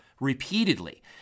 repeatedly